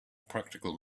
practical